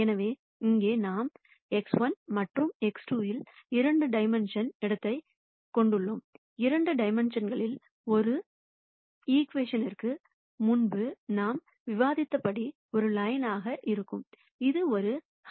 எனவே இங்கே நாம் X1 மற்றும் X2 இல் 2 டைமென்ஷன் இடத்தைக் கொண்டுள்ளோம் இரண்டு டைமென்ஷன்ங்களில் ஒரு ச ஈகிவேஷன்ற்கு முன்பு நாம் விவாதித்தபடி ஒரு லைன்ஆகயாக இருக்கும் இது ஒரு ஹைப்பர் பிளேனாக இருக்கும்